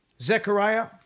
Zechariah